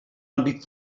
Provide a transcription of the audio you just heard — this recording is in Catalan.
àmbit